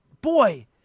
boy